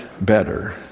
better